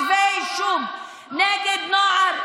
ברגע שמגישים 85 כתבי אישום נגד נוער,